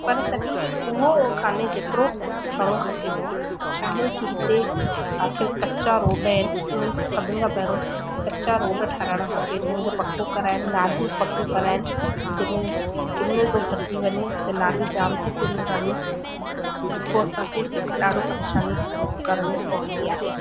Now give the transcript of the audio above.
पर तॾहिं बि उहो कोन्हे जेतिरो थियणो खपे छा आहे की हिते आख़िर कचा रोड आहिनि उन्हनि सभिनि खां पहिरियों कचा रोड ठाहिराइणा खपनि उन्हनि खे पको कराइणु नालियूं पकियूं कराइनि जंहिंमें किन थो भरिजी वञे त नालियूं जाम थी थी वञनि असांजी पोइ असांखे ॾाढो परेशानी थियणी करणी पवंदी आहे